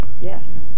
yes